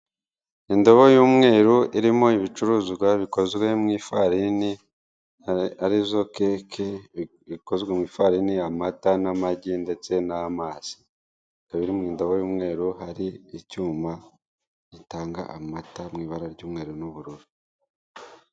Indobo y'umweru irimo ibicuruzwa bikozwe mwifarini arizo keke, ibikozwe mwifarini amata n'amagi ndetse n'amazi, ikaba iri mundobo y'umweru hari icyuma gitanga amata mwibara ry'umweru n'ubururu.